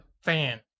fan